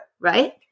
Right